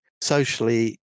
socially